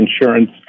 insurance